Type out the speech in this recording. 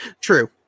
True